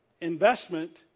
investment